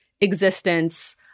existence